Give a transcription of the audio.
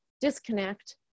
disconnect